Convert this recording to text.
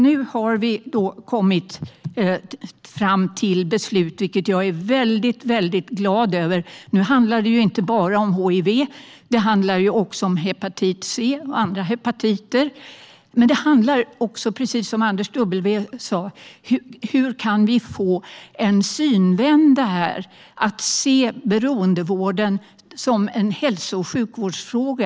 Nu har vi kommit fram till beslut, vilket jag är väldigt glad över. Nu handlar det ju inte bara om hiv utan även om hepatit C och andra hepatiter. Men det handlar också, precis som Anders W Jonsson sa, om hur vi kan få en synvända så att vi ser beroendevården som en hälso och sjukvårdsfråga.